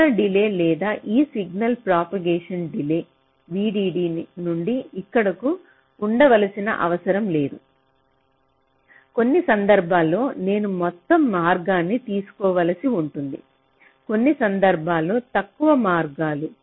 నికర డిలే లేదా ఈ సిగ్నల్ ప్రొపగేషన్ డిలే VDD నుండి ఇక్కడకు ఉండవలసిన అవసరం లేదు కొన్ని సందర్భాల్లో నేను మొత్తం మార్గాన్ని తీసుకోవలసి ఉంటుంది కొన్ని సందర్భాల్లో తక్కువ మార్గాలు